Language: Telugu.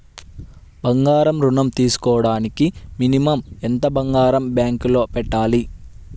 బంగారం ఋణం తీసుకోవడానికి మినిమం ఎంత బంగారం బ్యాంకులో పెట్టాలి?